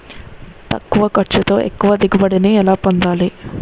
తక్కువ ఖర్చుతో ఎక్కువ దిగుబడి ని ఎలా పొందాలీ?